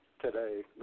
today